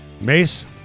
Mace